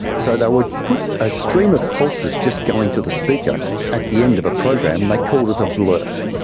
so they would put a stream of pulses just going to the speaker at the end of a program, they called it a blurt.